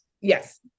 Yes